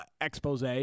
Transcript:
expose